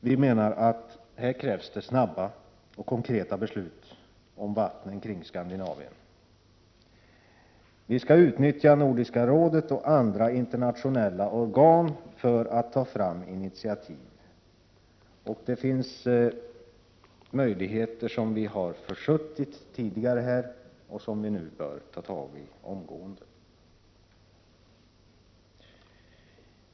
Vi menar att det här krävs snabba och konkreta beslut om vattnen kring Skandinavien. Vi skall utnyttja Nordiska rådet och andra internationella organ för att få fram initiativ i den riktningen. Vi har tidigare försuttit möjligheter som vi nu bör ta tag i omgående.